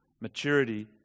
maturity